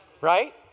right